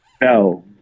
no